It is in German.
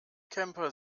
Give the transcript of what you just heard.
camper